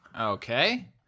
okay